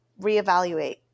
reevaluate